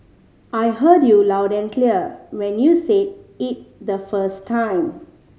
I heard you loud and clear when you said it the first time